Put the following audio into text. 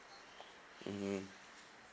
mmhmm